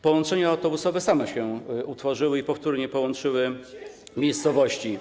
Połączenia autobusowe same się utworzyły i powtórnie połączyły miejscowości.